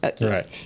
Right